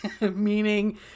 meaning